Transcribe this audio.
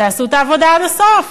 תעשו את העבודה עד הסוף,